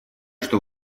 что